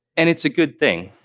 and it's a good thing